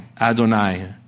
Adonai